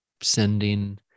sending